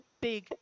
big